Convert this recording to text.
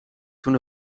toen